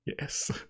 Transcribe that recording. Yes